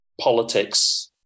politics